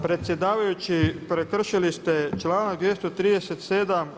Predsjedavajući, prekršili ste članak 237.